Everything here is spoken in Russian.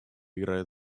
играет